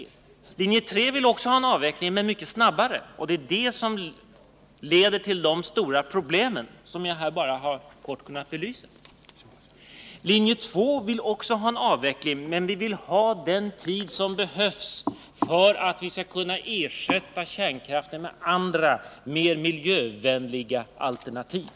Också företrädarena för linje 3 vill ha en avveckling, men mycket snabbare, vilket leder till de stora problem som jag bara här helt kortfattat har kunnat belysa. Även vi som står bakom linje 2 vill således ha en avveckling av kärnkraften, men vi vill ta den tid på oss som behövs för att man skall kunna ersätta kärnkraften med andra och mer miljövänliga alternativ.